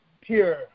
pure